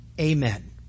Amen